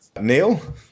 Neil